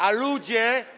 A ludzie.